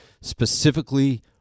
Specifically